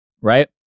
right